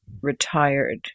retired